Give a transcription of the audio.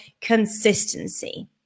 consistency